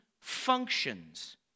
functions